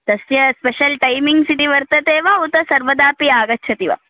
तस्य special timings इति वर्तते वा उत सर्वदा अपि आगच्छति वा